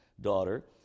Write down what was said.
daughter